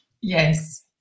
Yes